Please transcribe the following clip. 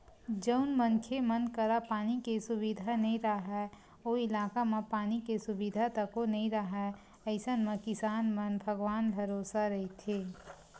जउन मनखे मन करा पानी के सुबिधा नइ राहय ओ इलाका म पानी के सुबिधा तको नइ राहय अइसन म किसान मन भगवाने भरोसा रहिथे